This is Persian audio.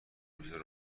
بطور